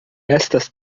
estas